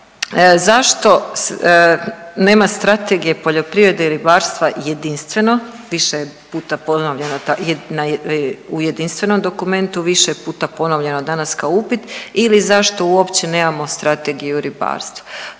zašto nema Strategije poljoprivrede i ribarstva jedinstveno, više je puta ponovljeno, u jedinstvenom dokumentu više je puta ponovljeno danas kao upit ili zašto uopće nemamo Strategiju ribarstva.